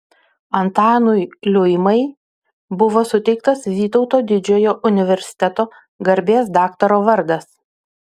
antanui liuimai buvo suteiktas vytauto didžiojo universiteto garbės daktaro vardas